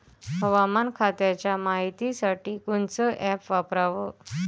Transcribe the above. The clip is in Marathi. हवामान खात्याच्या मायतीसाठी कोनचं ॲप वापराव?